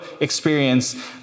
experience